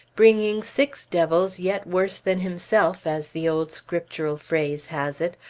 bringing six devils yet worse than himself, as the old scriptural phrase has it,